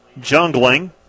jungling